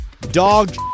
Dog